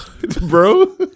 bro